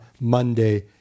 Monday